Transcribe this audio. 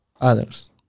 others